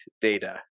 data